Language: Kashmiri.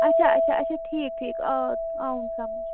اَچھا اَچھا اَچھا ٹھیٖک ٹھیٖک آ آوُم سمٕجھ